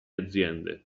aziende